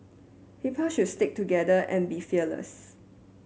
people should stick together and be fearless